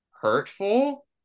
hurtful